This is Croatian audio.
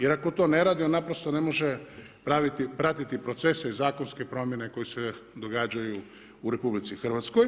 Jer ako to ne radi, on naprosto ne može pratiti procese i zakonske promjene koje se događaju u RH.